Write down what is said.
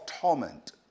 torment